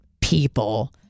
people